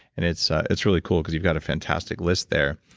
and it's ah it's really cool, because you've got a fantastic list there.